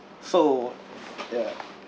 so ya